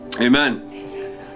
Amen